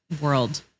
world